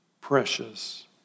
precious